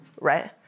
right